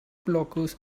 blockers